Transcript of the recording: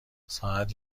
ساعت